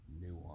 Nuance